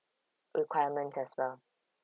requirement as well